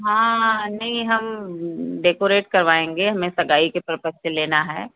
हाँ नहीं हम डेकोरेट करवाएँगे हमें सगाई के पर्पज़ से लेना है